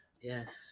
Yes